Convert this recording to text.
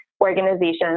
Organizations